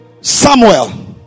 Samuel